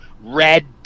red